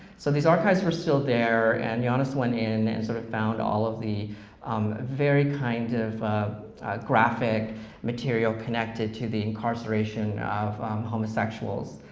so these archives were still there, and jaanus went in and sort of found all of the um very kind of graphic material connected to the incarceration of homosexuals